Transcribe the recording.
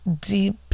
deep